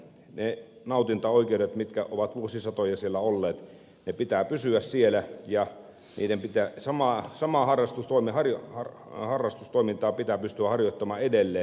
niiden nautintaoikeuksien jotka ovat vuosisatoja siellä olleet pitää pysyä siellä ja samaa harrastustoimintaa pitää pystyä harjoittamaan edelleen